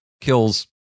kills